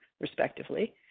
respectively